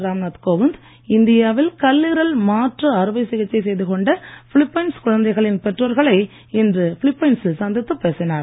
Ramnath Kovind India வில் கல்லீரல் மாற்று அறுவை சிகிச்சை செய்துகொண்ட பிலிப்பைன்ஸ் குழந்தைகளின் பெற்றோர்களை இன்று பிலிப்பைன்சில் சந்தித்துப் பேசினார்